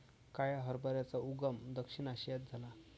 काळ्या हरभऱ्याचा उगम दक्षिण आशियात झाला